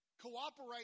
cooperate